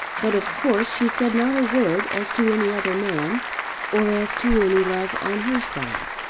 but of course she said not a word as to any other man or as to any love on her side.